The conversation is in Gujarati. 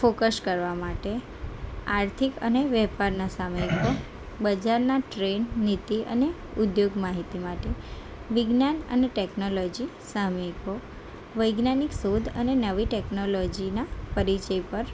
ફોકસ કરવા માટે આર્થિક અને વેપારના સામયિકો બજારના ટ્રેન્ડ નીતિ અને ઉદ્યોગ માહિતી માટે વિજ્ઞાન અને ટેકનોલોજી સામયિકો વૈજ્ઞાનિક શોધ અને નવી ટેકનોલોજીના પરિચય પર